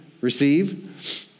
Receive